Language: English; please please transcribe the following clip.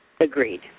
Agreed